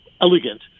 elegant